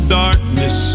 darkness